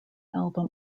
album